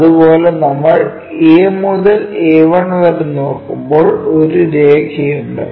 അതുപോലെ നമ്മൾ A മുതൽ A1 വരെ നോക്കുമ്പോൾ ഒരു രേഖയുണ്ട്